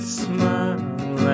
smile